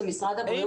זה משרד הבריאות.